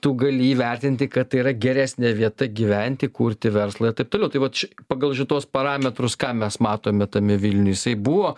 tu gali įvertinti kad tai yra geresnė vieta gyventi kurti verslą ir taip toliau tai vat pagal šituos parametrus ką mes matome tame vilniuj jisai buvo